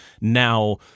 Now